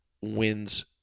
Wins